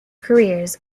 careers